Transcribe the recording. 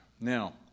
Now